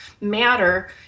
matter